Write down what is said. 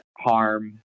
harm